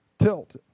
tilt